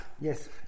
Yes